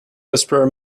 whisperer